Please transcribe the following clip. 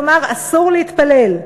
כלומר אסור להתפלל,